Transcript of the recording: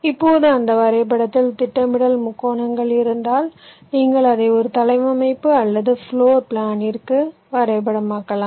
இப்போது அந்த வரைபடத்தில் திட்டமிடல் முக்கோணங்கள் இருந்தால் நீங்கள் அதை ஒரு தளவமைப்பு அல்லது ஒரு பிளோர் பிளான்ற்கு வரைபடமாக்கலாம்